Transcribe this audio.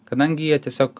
kadangi jie tiesiog